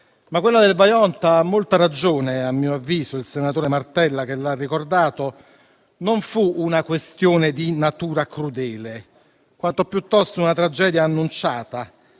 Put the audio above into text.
Ma quella del Vajont - ha molta ragione, a mio avviso, il senatore Martella che l'ha ricordato - non fu una questione di natura crudele, quanto piuttosto una tragedia annunciata,